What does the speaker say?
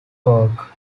work